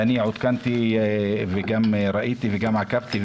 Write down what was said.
ואני עודכנתי וגם ראיתי וגם עקבתי,